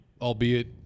albeit –